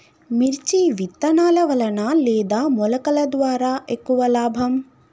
మిర్చి విత్తనాల వలన లేదా మొలకల ద్వారా ఎక్కువ లాభం?